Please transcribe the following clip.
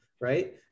right